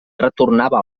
retornava